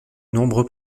nombreux